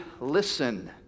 listen